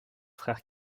frère